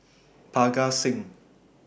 Parga Singh